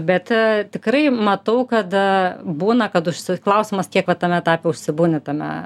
bet tikrai matau kad būna kad užsi klausimas kiek va tame tarpe užsibūni tame